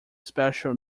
special